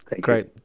great